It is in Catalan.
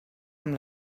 amb